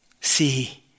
see